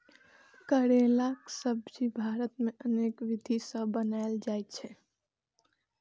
करैलाक सब्जी भारत मे अनेक विधि सं बनाएल जाइ छै